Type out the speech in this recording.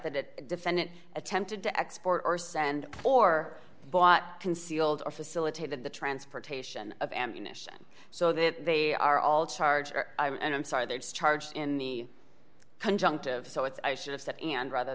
that defendant attempted to export or send or bought concealed or facilitated the transportation of ammunition so that they are all charged and i'm sorry there is charge in the conjunctive so it's i should've said and rather